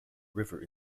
river